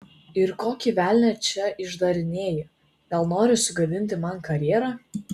ir kokį velnią čia išdarinėji gal nori sugadinti man karjerą